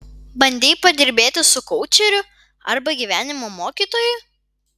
bandei padirbėti su koučeriu arba gyvenimo mokytoju